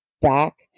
back